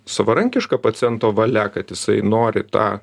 savarankiška paciento valia kad jisai nori tą